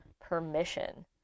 permission